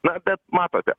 na bet matote